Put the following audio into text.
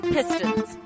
Pistons